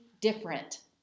different